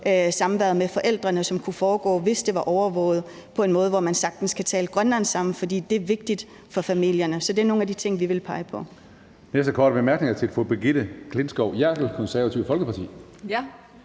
samværet med forældrene, som, hvis det var overvåget, kunne foregå på en måde, hvor man sagtens kan tale grønlandsk sammen, for det er vigtigt for familierne. Så det er nogle af de ting, vi vil pege på.